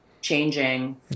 changing